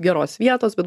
geros vietos bet